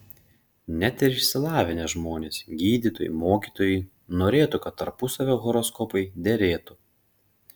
net ir išsilavinę žmonės gydytojai mokytojai norėtų kad tarpusavio horoskopai derėtų